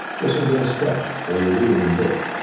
just and go and stretch. or you're reading a book.